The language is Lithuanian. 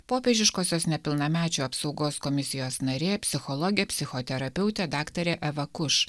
popiežiškosios nepilnamečių apsaugos komisijos narė psichologė psichoterapeutė daktarė eva kuš